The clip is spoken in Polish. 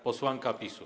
Posłanka PiS-u.